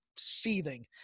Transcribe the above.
seething